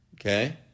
Okay